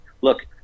look